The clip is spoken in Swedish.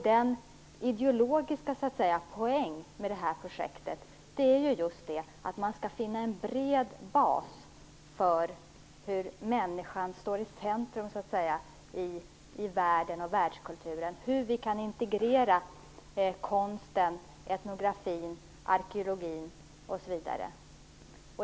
Den ideologiska poängen med det här projektet är ju just att man skall finna en bred bas för hur människan står i centrum i världen och världskulturen, hur vi kan integrera konsten, etnografin, arkeologin, osv.